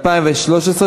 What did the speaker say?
התשע"ד 2013,